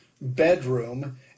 bedroom